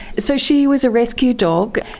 so she was a rescue dog.